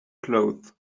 cloth